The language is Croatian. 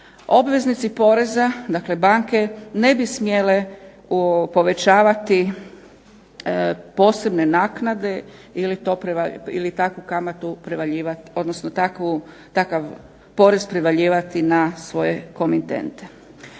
Obveznici poreza, dakle banke, ne bi smjele povećavati posebne naknade ili takav porez prevaljivati na svoje komitente.